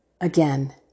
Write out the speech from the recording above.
again